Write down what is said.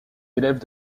élèves